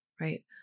right